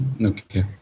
Okay